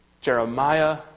Jeremiah